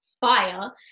fire